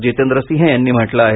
जितेंद्र सिंह यांनी म्हटलं आहे